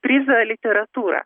prizą literatūrą